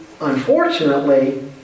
unfortunately